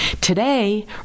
Today